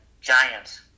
Giants